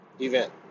event